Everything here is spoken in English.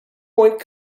point